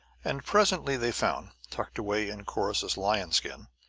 and presently they found, tucked away in corrus's lion-skin,